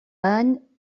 any